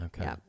Okay